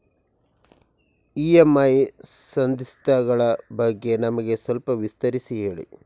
EMI ಸಂಧಿಸ್ತ ಗಳ ಬಗ್ಗೆ ನಮಗೆ ಸ್ವಲ್ಪ ವಿಸ್ತರಿಸಿ ಹೇಳಿ